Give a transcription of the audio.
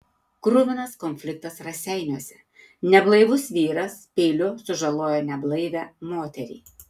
kruvinas konfliktas raseiniuose neblaivus vyras peiliu sužalojo neblaivią moterį